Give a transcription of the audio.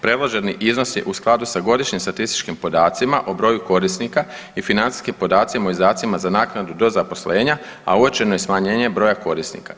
Predloženi iznos je u skladu sa godišnjim statističkim podacima o broju korisnika i financijskim podacima i izdacima za naknadu do zaposlenja a uočeno je smanjenje broja korisnika.